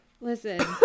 listen